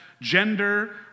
gender